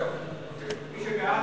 זהו, אוקיי.